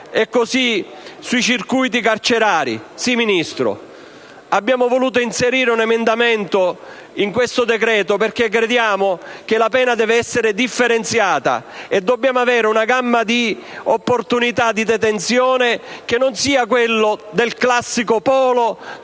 discorso sui circuiti carcerari. Sì, signora Ministro, abbiamo voluto inserire un emendamento nel decreto in esame perché crediamo che la pena debba essere differenziata. Dobbiamo avere una gamma di opportunità di detenzione che non sia quella del classico polo